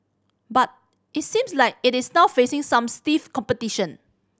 but it seems like it is now facing some stiff competition